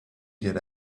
get